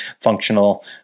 functional